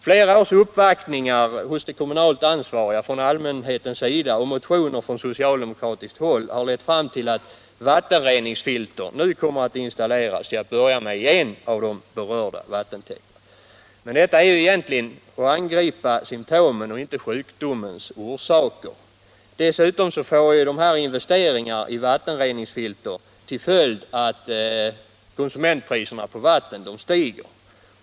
Flera års uppvaktningar hos de kommunalt ansvariga från allmänhetens sida och motioner från socialdemokratiskt håll har lett fram till att vattenreningsfilter nu kommer att installeras, till att börja med, i en av de berörda vattentäkterna. Men detta är ju egentligen att angripa symtomen och inte sjukdomens orsaker. Dessutom får investeringarna i vattenreningsfilter till följd att konsumentpriserna på vatten stiger.